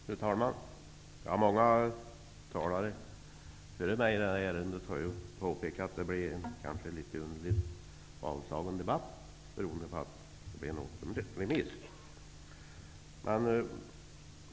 Fru talman! Många talare före mig har påpekat att det kanske blir en litet underligt avslagen debatt beroende på återremissen.